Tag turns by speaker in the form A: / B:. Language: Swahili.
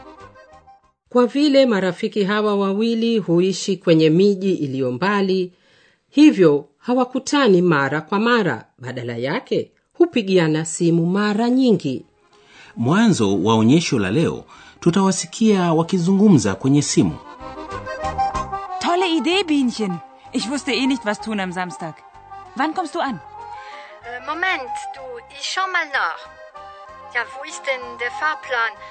A: Kwa vile marafiki hawa wawili huishi kwenye miji iliyo mbali, hivyo hawakutani mara kwa mara. Badala yake, hupigiana simu mara nyingi.
B: Mwanzo wa onyesho la leo, tutawasikia wakizungumza kwenye simu.
C: Tolle Idee, Bienchen. Ich wusste eh nicht, was tun am Samstag. Wann kommst du an?
D: Äh, Moment, du, ich schau mal nach. Ja, wo ist denn der Fahrplan?